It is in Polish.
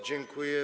Dziękuję.